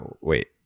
Wait